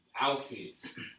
outfits